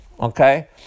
Okay